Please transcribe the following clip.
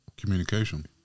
communication